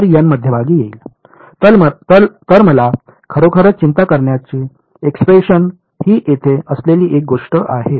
तर मला खरोखरच चिंता करण्याची एक्सप्रेशन ही येथे असलेली एक गोष्ट आहे